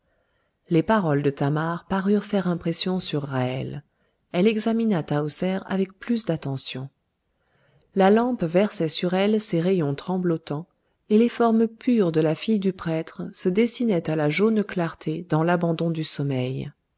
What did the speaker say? les paroles de thamar parurent faire impression sur ra'hel elle examina tahoser avec plus d'attention la lampe versait sur elle ses rayons tremblotants et les formes pures de la fille du prêtre se dessinaient à la jaune clarté dans l'abandon du sommeil